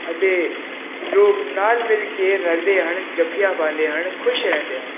ਅਤੇ ਲੋਕ ਨਾਲ ਮਿਲ ਕੇ ਰਹਿੰਦੇ ਹਨ ਜੱਫੀਆਂ ਪਾਉਂਦੇ ਹਨ ਖੁਸ਼ ਰਹਿੰਦੇ ਹਨ